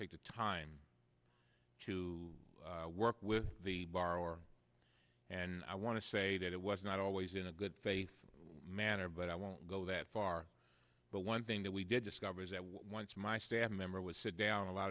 take the time to work with the borrower and i want to say that it was not always in a good faith manner but i won't go that far but one thing that we did discover is that once my staff member was sit down a lot